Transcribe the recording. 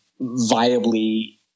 viably